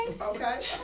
Okay